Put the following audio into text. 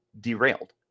derailed